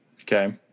Okay